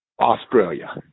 Australia